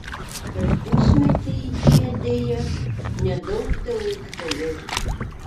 per pusmetį jie deja nedaug teūgtelėjo